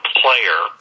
player